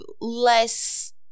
less